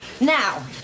Now